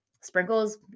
Sprinkles